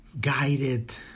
Guided